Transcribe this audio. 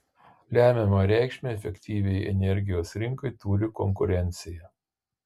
lemiamą reikšmę efektyviai energijos rinkai turi konkurencija